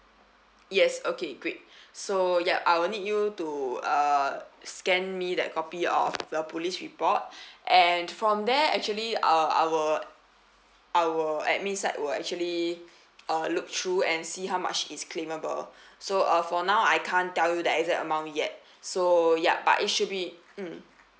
yes okay great so yup I will need you to uh scan me that copy of the police report and from there actually uh our our admin side will actually uh look through and see how much is claimable so uh for now I can't tell you the exact amount yet so yup but it should be mm